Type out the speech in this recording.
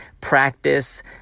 practice